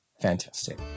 Fantastic